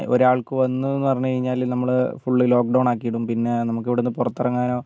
ഒരാൾക്ക് വന്നു എന്ന് പറഞ്ഞു കഴിഞ്ഞാൽ നമ്മൾ ഫുൾ ലോക്ക്ഡൗൺ ആക്കിയിടും പിന്നെ നമുക്ക് ഇവിടുന്ന് പുറത്ത് ഇറങ്ങാനോ